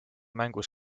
mängus